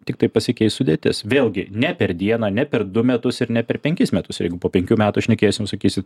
tiktai pasikeis sudėtis vėlgi ne per dieną ne per du metus ir ne per penkis metus jeigu po penkių metų šnekėsim sakysit